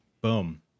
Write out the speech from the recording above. boom